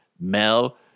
Mel